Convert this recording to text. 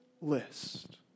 list